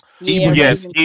yes